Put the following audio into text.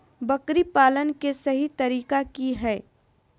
बकरी पालन के सही तरीका की हय?